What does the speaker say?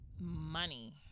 money